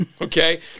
Okay